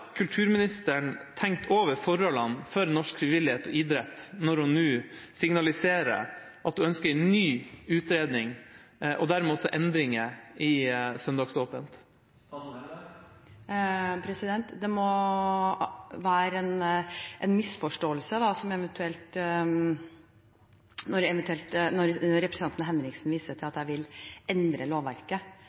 kulturministeren tenkt over forholdene for norsk frivillighet og idrett når hun nå signaliserer at hun ønsker en ny utredning og dermed også endringer i søndagsåpent? Det må være en misforståelse når representanten Henriksen viser til at jeg vil endre lovverket.